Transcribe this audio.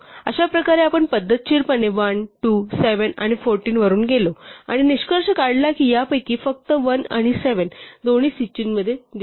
अशा प्रकारे आपण पद्धतशीरपणे 1 2 7 आणि 14 वरून गेलो आणि निष्कर्ष काढला की यापैकी फक्त 1 आणि 7 दोन्ही सूचीमध्ये दिसतात